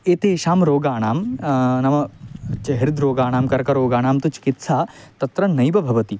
एतेषां रोगाणां नाम च हृद्रोगाणां कर्करोगाणां तु चिकित्सा तत्र नैव भवति